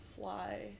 fly